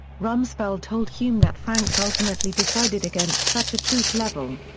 rumsfeld told hume that franks ultimately decided against such a troop level.